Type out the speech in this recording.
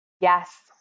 Yes